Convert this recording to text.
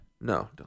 No